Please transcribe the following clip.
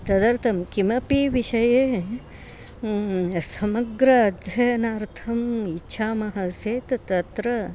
तदर्थं किमपि विषये समग्र अध्ययनार्थम् इच्छामः चेत् तत्र